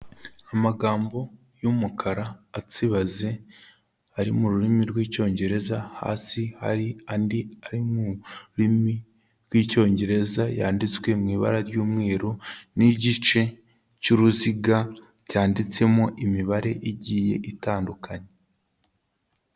Amagambo y'umukara atsibaze, ari mu rurimi rw'Icyongereza, hasi hari andi ari mu rurimi rw'Icyongereza, yanditswe mu ibara ry'umweru n'igice cy'uruziga cyanditsemo imibare igiye itandukanye.